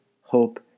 hope